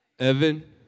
Evan